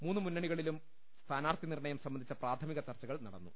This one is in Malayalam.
മൂന്നു മുന്നണികളിലും സ്ഥാനാർത്ഥി നിർണയം സംബ്സ്വിച്ച പ്രാഥമിക ചർച്ചകൾ നടന്നു